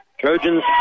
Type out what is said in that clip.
Trojans